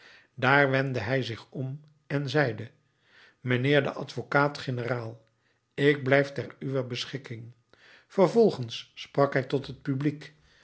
daar wendde hij zich om en zeide mijnheer de advocaat-generaal ik blijf te uwer beschikking vervolgens sprak hij tot het publiek